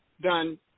done